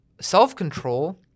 self-control